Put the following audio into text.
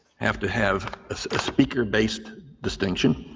have to have a speaker-based distinction,